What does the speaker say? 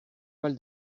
mal